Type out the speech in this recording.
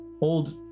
old